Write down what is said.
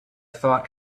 thought